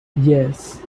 yes